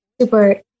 super